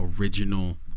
original